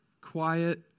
quiet